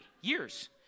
years